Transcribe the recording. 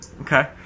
Okay